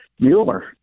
Mueller